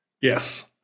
Yes